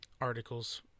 articles